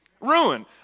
Ruined